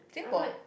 K-Pop